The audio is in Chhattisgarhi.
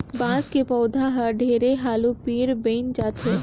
बांस के पउधा हर ढेरे हालू पेड़ बइन जाथे